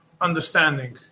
understanding